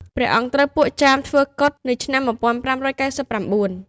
ព្រះអង្គត្រូវពួកចាមធ្វើគុតនៅឆ្នាំ ១៥៩៩។